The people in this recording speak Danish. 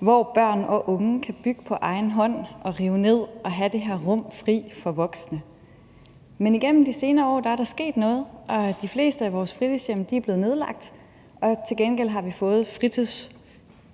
hvor børn og unge kan bygge på egen hånd og rive ned og have det her rum fri for voksne. Men igennem de senere år er der sket noget, og de fleste af vores fritidshjem er blevet nedlagt, men til gengæld har vi fået